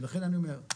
ולכן אני אומר,